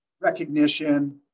recognition